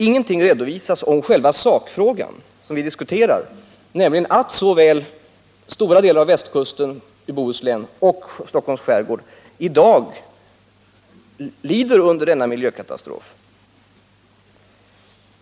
Ingenting redovisas om själva sakfrågan som vi diskuterar i dag, nämligen att stora delar både av västkusten i Bohuslän och av Stockholms skärgård i dag är lidande av dessa miljökatastrofer.